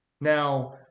Now